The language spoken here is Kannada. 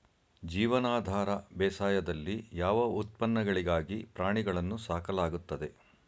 ಜೀವನಾಧಾರ ಬೇಸಾಯದಲ್ಲಿ ಯಾವ ಉತ್ಪನ್ನಗಳಿಗಾಗಿ ಪ್ರಾಣಿಗಳನ್ನು ಸಾಕಲಾಗುತ್ತದೆ?